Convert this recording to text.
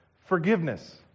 Forgiveness